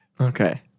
Okay